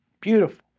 beautiful